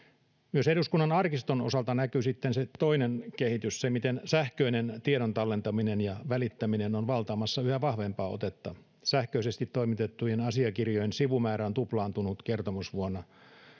myös eduskunnan arkiston osalta näkyy sitten se toinen kehitys se miten sähköinen tiedon tallentaminen ja välittäminen on valtaamassa yhä vahvempaa otetta sähköisesti toimitettujen asiakirjojen sivumäärä on tuplaantunut kertomusvuonna